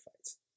fights